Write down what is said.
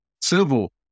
civil